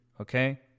okay